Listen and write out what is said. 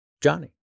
Johnny